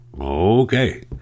Okay